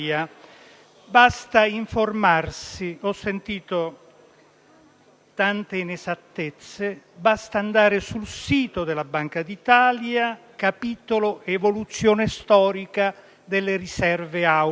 Basta informarsi. Ho sentito tante inesattezze, ma basta andare sul sito della Banca d'Italia, al capitolo dedicato all'evoluzione storica delle riserve auree,